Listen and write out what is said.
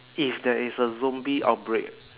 if there is a zombie outbreak